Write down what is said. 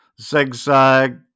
Zigzag